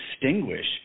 distinguish